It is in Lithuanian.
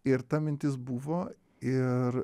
ir ta mintis buvo ir